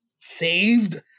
saved